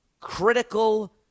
critical